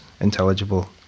intelligible